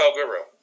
Guru